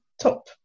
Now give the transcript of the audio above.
top